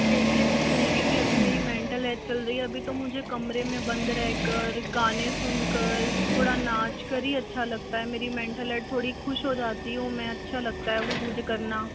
देखिए जिस तरीके की अभी मेरी मेंटल हेल्थ चल रही है अभी तो मुझे कमरे में बंद रह कर गाने सुनकर थोड़ा नाच कर ही अच्छा लगता है मेरी मेंटल हेल्थ थोड़ी खुश हो जाती है वह मैं अच्छा लगता है वह मुझे करना